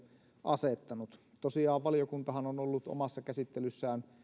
asettanut tosiaan valiokuntahan on ollut omassa käsittelyssään